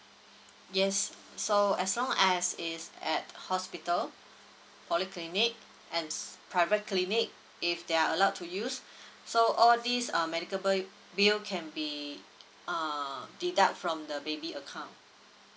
yes so as long as is at hospital polyclinic and private clinic if they are allowed to use so all these um medical bill bill can be uh deduct from the baby account